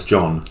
John